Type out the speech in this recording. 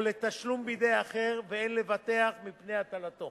לתשלום בידי אחר ואין לבטח מפני הטלתו.